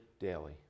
daily